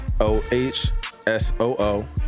O-H-S-O-O